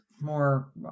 more